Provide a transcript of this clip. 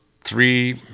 three